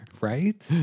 right